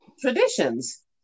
traditions